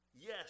Yes